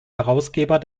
herausgeber